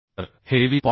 तर हे 23